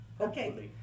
Okay